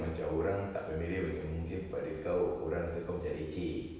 macam orang tak familiar macam mungkin pada kau orang rasa kau macam leceh